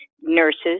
nurses